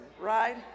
right